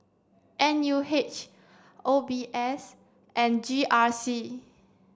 N U H O B S and G R C